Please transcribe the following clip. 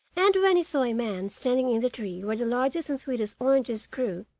and when he saw a man standing in the tree where the largest and sweetest oranges grew,